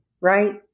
right